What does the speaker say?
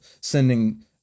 sending